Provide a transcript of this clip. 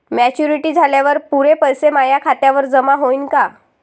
Maturity झाल्यावर पुरे पैसे माया खात्यावर जमा होईन का?